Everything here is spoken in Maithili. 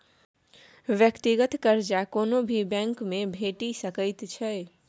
व्यक्तिगत कर्जा कोनो भी बैंकमे भेटि सकैत छै